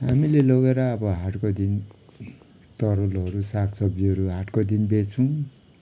हामीले लगेर अब हाटको दिन तरुलहरू साग सब्जीहरू हाटको दिन बेच्छौँ